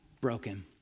broken